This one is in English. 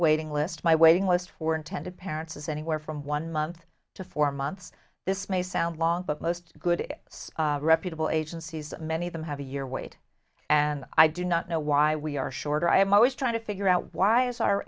waiting list my waiting list for intended parents is anywhere from one month to four months this may sound long but most good reputable agencies many of them have a year wait and i do not know why we are shorter i am always trying to figure out why is our